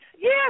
yes